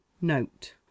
note